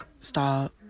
Stop